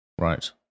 Right